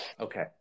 Okay